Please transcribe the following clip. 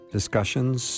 discussions